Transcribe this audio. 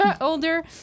older